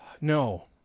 No